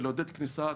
ולעודד כניסת